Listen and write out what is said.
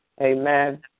amen